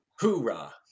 Hoorah